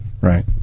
Right